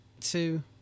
two